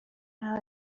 چرا